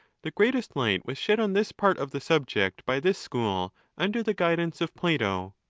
the greatest light was shed on this part of the subject by this school under the guidance of plato.